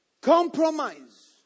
Compromise